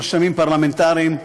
רשמים פרלמנטריים,